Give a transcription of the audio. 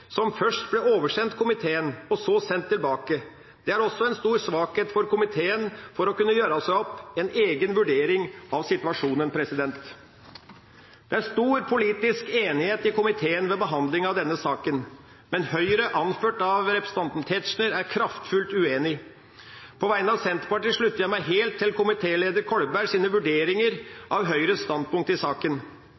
som først ble oversendt komiteen og så sendt tilbake. Det er også en stor svakhet for komiteen for å kunne gjøre seg opp en egen vurdering av situasjonen. Det er stor politisk enighet i komiteen ved behandling av denne saken, men Høyre, anført av representanten Tetzschner, er kraftfullt uenig. På vegne av Senterpartiet slutter jeg meg helt til komitéleder Kolbergs vurderinger